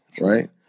Right